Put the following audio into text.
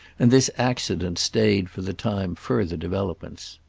and this accident stayed for the time further developments.